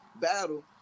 battle